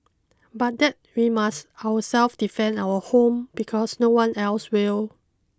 but that we must ourselves defend our own home because no one else will